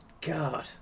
god